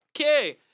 Okay